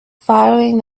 firing